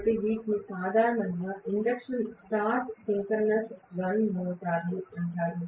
కాబట్టి వీటిని సాధారణంగా ఇండక్షన్ స్టార్ట్ సింక్రోనస్ రన్ మోటార్లు అంటారు